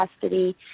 custody